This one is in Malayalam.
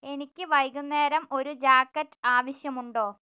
എനിക്ക് വൈകുന്നേരം ഒരു ജാക്കറ്റ് ആവശ്യമുണ്ടോ